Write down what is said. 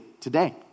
Today